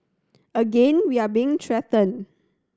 again we are being threatened